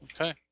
Okay